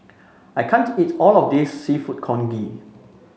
I can't eat all of this seafood Congee